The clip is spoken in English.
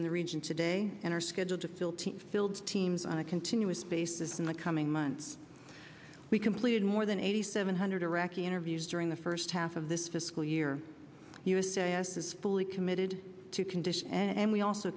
in the region today and are scheduled to fill team filled teams on a continuous basis in the coming months we completed more than eighty seven hundred iraqi interviews during the first half of this fiscal year u s a s is fully committed to condition and we also